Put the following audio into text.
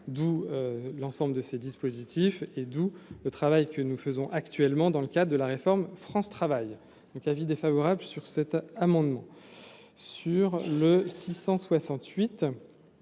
d'où l'ensemble de ces dispositifs et d'où le travail que nous faisons actuellement dans le cadre de la réforme France travaille donc avis défavorable sur cet amendement sur le 668